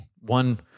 one